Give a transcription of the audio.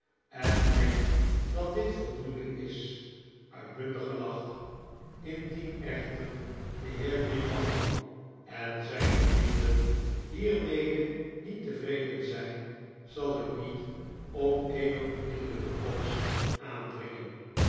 en denkt dat dit voldoende is uitbundig gelach indien echter de heer grimaldi en zijne vrienden hiermede niet tevreden zijn zal ik niet op eene onmiddellijke komst aandringen